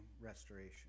restoration